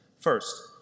First